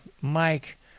Mike